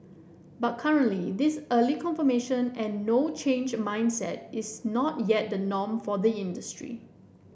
but currently this early confirmation and no change mindset is not yet the norm for the industry